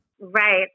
Right